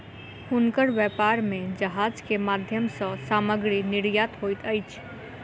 हुनकर व्यापार में जहाज के माध्यम सॅ सामग्री निर्यात होइत अछि